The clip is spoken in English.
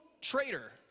traitor